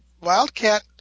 Wildcat